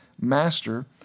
Master